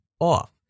off